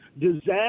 disaster